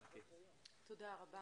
תודה רבה.